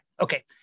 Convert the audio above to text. okay